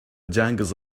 dangles